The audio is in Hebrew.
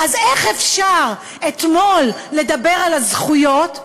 אז איך אפשר לדבר על הזכויות אתמול,